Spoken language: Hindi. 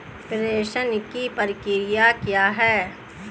प्रेषण की प्रक्रिया क्या है?